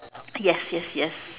yes yes yes